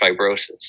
fibrosis